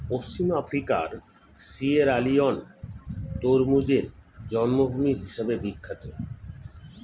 পশ্চিম আফ্রিকার সিয়েরালিওন তরমুজের জন্মভূমি হিসেবে বিখ্যাত